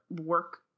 work